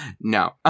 no